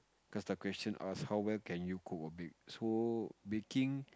cause the question ask how well can you cook or bake so baking